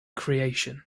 creation